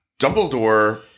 Dumbledore